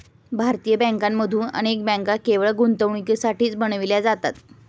भारतीय बँकांमधून अनेक बँका केवळ गुंतवणुकीसाठीच बनविल्या जातात